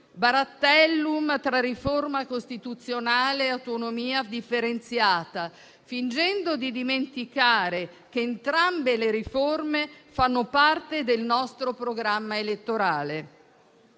"Barattellum tra riforma costituzionale e autonomia differenziata", fingendo di dimenticare che entrambe le riforme fanno parte del nostro programma elettorale.